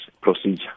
procedure